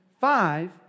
five